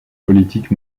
politique